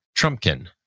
Trumpkin